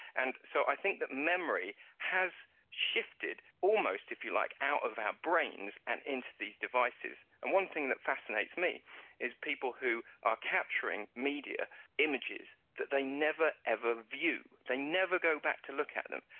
and so i think that memory has shifted almost, if you like, out of our brains and into these devices. and one thing that fascinates me is people who are capturing media images that they never, ever view, they never go back to look at them,